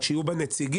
שיהיו בה נציגים,